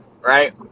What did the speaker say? right